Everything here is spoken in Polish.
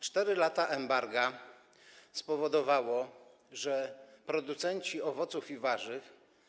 4 lata embarga spowodowały, że producenci owoców i warzyw.